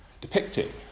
depicting